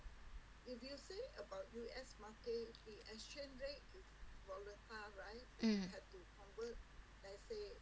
mm